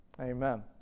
amen